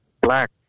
black